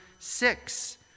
six